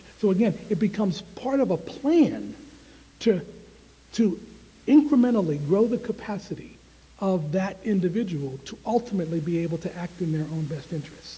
so again, it becomes part of a plan to to incrementally grow the capacity of that individual to ultimately be able to act in their own best interest